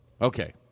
Okay